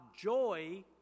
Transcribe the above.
joy